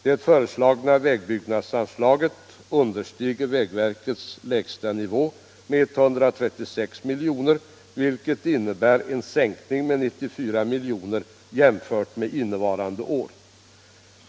Det föreslagna vägbyggnadsanslaget understiger vägverkets lägsta nivå med 136 miljoner, vilket innebär en sänkning med 94 miljoner jämfört med innevarande år.